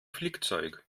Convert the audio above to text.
flickzeug